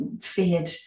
feared